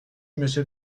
monsieur